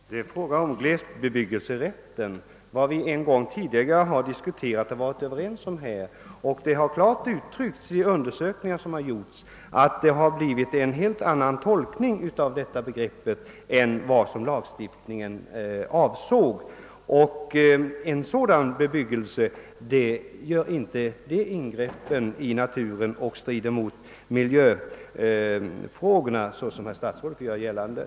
Herr talman! Det är fråga om glesbebyggelserätten. Riksdagen har en gång tidigare diskuterat och varit överens om glesbebyggelserätten. Det har klarlagts nyligen i undersökningar som gjorts att tolkningen av detta begrepp har kommit att bli en helt annan än den som lagstiftningen avsåg. Bebyggelse i glesbygden gör inte sådana ingrepp i naturen och påverkar inte miljön i negativ riktning så som herr statsrådet vill göra gällande.